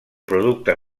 producte